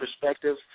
perspective